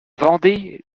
vendée